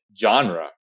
genre